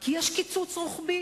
כי יש קיצוץ רוחבי,